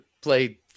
play